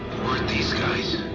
who are these guys?